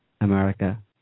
America